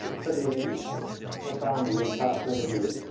pretty profoundly powerful images.